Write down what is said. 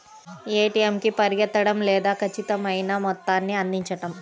ATM కి పరిగెత్తడం లేదా ఖచ్చితమైన మొత్తాన్ని అందించడం